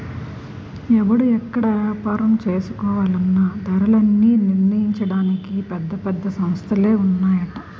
ఎవడు ఎక్కడ ఏపారం చేసుకోవాలన్నా ధరలన్నీ నిర్ణయించడానికి పెద్ద పెద్ద సంస్థలే ఉన్నాయట